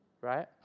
right